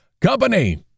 Company